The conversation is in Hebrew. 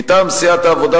מטעם סיעת העבודה,